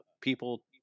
people